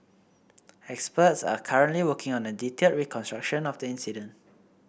experts are currently working on a detailed reconstruction of the incident